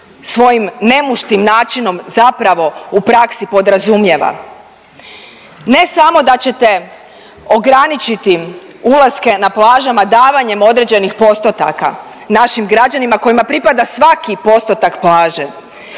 svojim nemuštim načinom zapravo u praksi podrazumijeva. Ne samo da ćete ograničiti ulaske na plažama davanjem određenih postotaka našim građanima kojima pripada svaki postotak plaže,